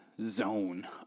zone